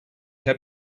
had